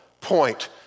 point